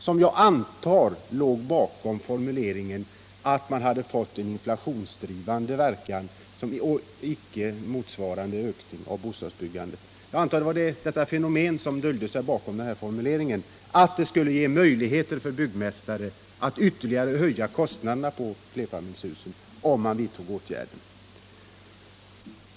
Jag antar att detta låg bakom formuleringen om en inflationsdrivande verkan som icke motsvarade en ökning av bostadsbyggandet. Jag antar att det var detta fenomen som dolde sig bakom formuleringen, nämligen att slopandet av lånetaket skulle ge byggmästare möjlighet att ytterligare höja kostnaderna för flerfamiljshusen.